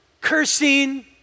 cursing